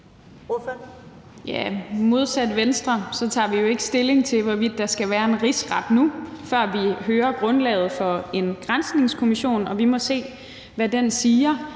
Modsat Venstre tager vi jo ikke stilling til, hvorvidt der skal være en rigsret nu, før vi hører grundlaget for en granskningskommission, og vi må se, hvad den siger.